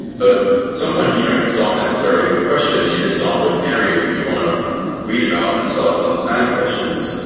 but sometimes you don't start necessarily with a question. you just start with an area that you want to read about and start to understand questions,